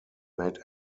made